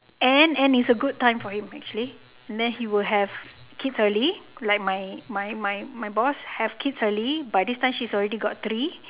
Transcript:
and and it's a good time for him actually and then he will have kids early like my my my boss have kids early by this time she's already got three